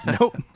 Nope